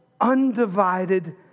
undivided